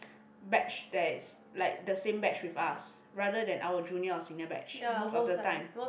batch that is like the same batch with us rather than our junior or senior batch most of the time